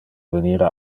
venir